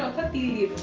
put the